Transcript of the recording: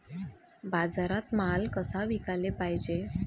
बाजारात माल कसा विकाले पायजे?